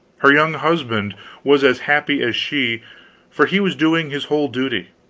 her young husband was as happy as she for he was doing his whole duty,